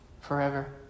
forever